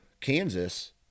Kansas